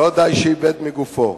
לא די שאיבד מגופו,